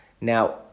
Now